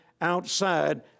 outside